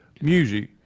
music